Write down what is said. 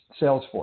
Salesforce